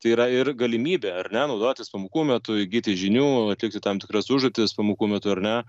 tai yra ir galimybė ar ne naudotis pamokų metu įgyti žinių atlikti tam tikras užduotis pamokų metu ar ne